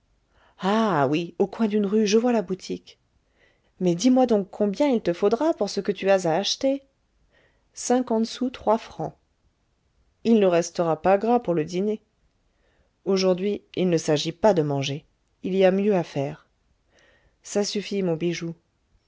ah oui au coin d'une rue je vois la boutique mais dis-moi donc combien il te faudra pour ce que tu as à acheter cinquante sous trois francs il ne restera pas gras pour le dîner aujourd'hui il ne s'agit pas de manger il y a mieux à faire ça suffit mon bijou